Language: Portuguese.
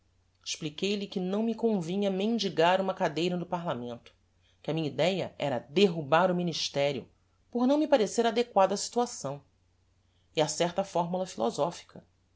podia expliquei-lhe que não me convinha mendigar uma cadeira no parlamento que a minha idéa era derrubar o ministerio por não me parecer adequado á situação e a certa fórmula